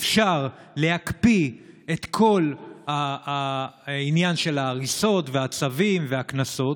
אפשר להקפיא את כל העניין של ההריסות והצווים והקנסות,